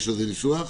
יש לזה ניסוח?